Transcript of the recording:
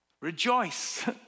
Rejoice